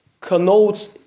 connotes